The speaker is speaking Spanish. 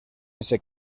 ese